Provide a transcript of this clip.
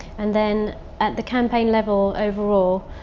and then at the campaign level overall,